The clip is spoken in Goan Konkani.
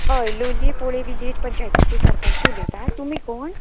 हय लोलये पोळे विलेज पंचायतीची सरपंच उलयतां तुमी कोण